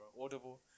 Audible